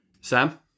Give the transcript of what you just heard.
Sam